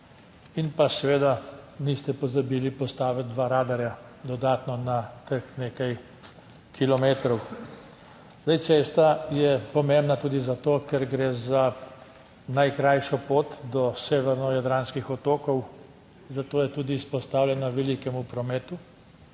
in pa seveda, niste pozabili postaviti dva radarja dodatno na teh nekaj kilometrov. Zdaj, cesta je pomembna tudi zato, ker gre za najkrajšo pot do severno jadranskih otokov, zato je tudi izpostavljena velikemu prometu,